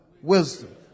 Wisdom